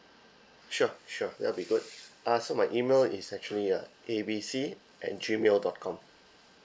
sure sure that would be good uh so my email is actually uh A B C at G mail dot com